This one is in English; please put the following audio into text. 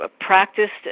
practiced